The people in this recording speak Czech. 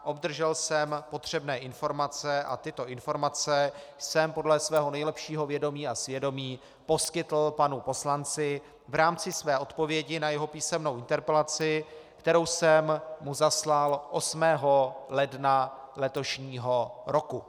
Obdržel jsem potřebné informace a tyto informace jsem podle svého nejlepšího vědomí a svědomí poskytl panu poslanci v rámci své odpovědi na jeho písemnou interpelaci, kterou jsem mu zaslal 8. ledna letošního roku.